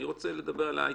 אני רוצה לדבר על ההתיישנות.